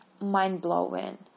mind-blowing